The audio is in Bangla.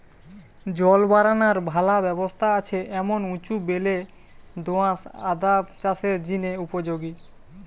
জল বারানার ভালা ব্যবস্থা আছে এমন উঁচু বেলে দো আঁশ আদা চাষের জিনে উপযোগী